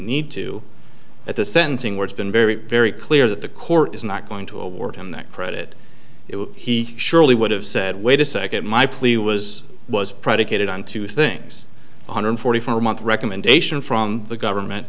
need to at the sentencing words been very very clear that the court is not going to award him that credit he surely would have said wait a second my plea was was predicated on two things one hundred forty five a month recommendation from the government